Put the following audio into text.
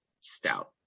stout